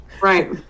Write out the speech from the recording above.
Right